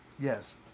Yes